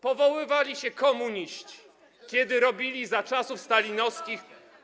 Powoływali się komuniści, kiedy robili za czasów stalinowskich.